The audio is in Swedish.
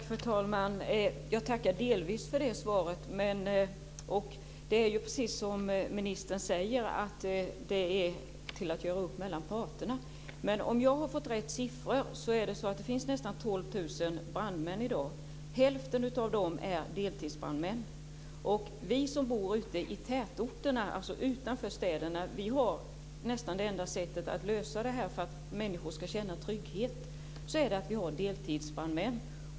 Fru talman! Jag tackar delvis för det svaret. Det är precis som ministern säger att parterna får göra upp om detta. Men om jag har fått rätt siffror så finns det nästan 12 000 brandmän i dag. Hälften av dem är deltidsbrandmän. För oss som bor ute i tätorterna, alltså utanför städerna, så är nästan det enda sättet att lösa detta för att människor ska känna trygghet att ha deltidsbrandmän.